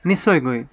নিশ্চয়কৈ